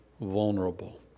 vulnerable